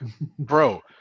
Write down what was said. bro